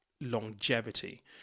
longevity